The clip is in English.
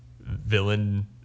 villain